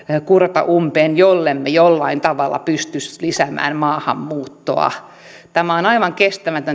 kuroa umpeen jollemme jollain tavalla pysty lisäämään maahanmuuttoa tämä hallituksen linja on aivan kestämätön